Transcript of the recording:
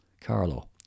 Carlo